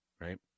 Right